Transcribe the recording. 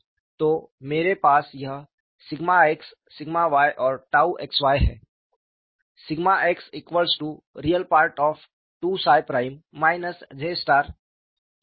तो मेरे पास यह x y और xy है